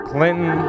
Clinton